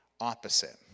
opposite